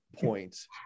points